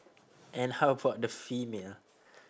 and how about the female